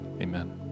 Amen